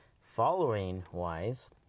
Following-wise